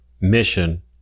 mission